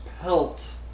pelt